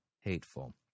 hateful